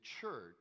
church